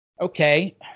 okay